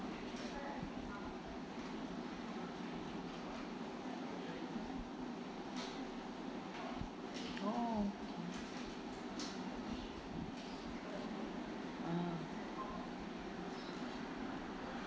oh okay ah